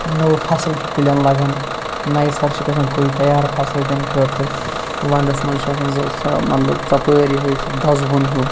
نوٚو فَصل چھُ کُلٮ۪ن لَگان نَیہِ سَر چھِ گَژھان کُلۍ تَیار فصل تمہِ خٲطرٕ وَندَس مَنٛز چھُ آسان مَطلَب ژۄپٲر یِہے سُہ دَزوُن ہیٚو